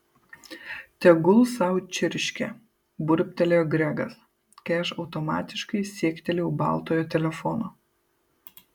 tegul sau čirškia burbtelėjo gregas kai aš automatiškai siektelėjau baltojo telefono